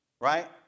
Right